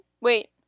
Wait